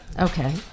Okay